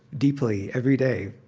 deeply, every day.